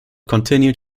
continued